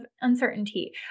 uncertainty